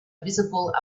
visible